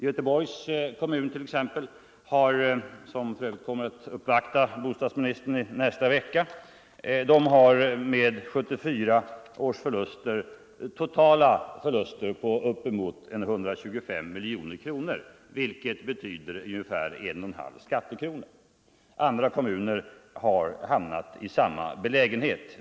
Göteborgs kommun, som för övrigt kommer att uppvakta bostadsministern i nästa vecka, har med 1974 års förlust totala förluster på bortåt 125 miljoner kronor, vilket motsvarar en och en halv skattekrona. Andra kommuner har hamnat i samma belägenhet.